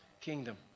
kingdom